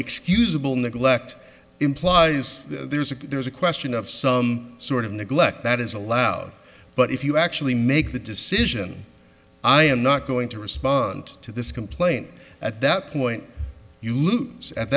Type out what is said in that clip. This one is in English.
excusable neglect implies there's a there's a question of some sort of neglect that is allowed but if you actually make the decision i am not going to respond to this complaint at that point you lose at